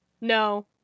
no